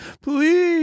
please